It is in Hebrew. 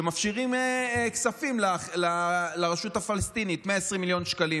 מפשירים כספים לרשות הפלסטינית, 120 מיליון שקלים.